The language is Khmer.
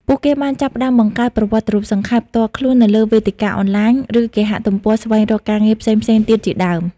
ពួកគេបានចាប់ផ្តើមបង្កើត ប្រវត្តិរូបសង្ខេប ផ្ទាល់ខ្លួននៅលើវេទិកាអនឡាញ ឬគេហទំព័រស្វែងរកការងារផ្សេងៗទៀតជាដើម។